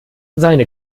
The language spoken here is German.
seine